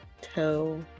toe